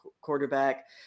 quarterback